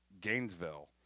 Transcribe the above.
Gainesville